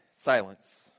silence